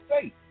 faith